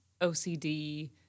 OCD